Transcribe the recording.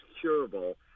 curable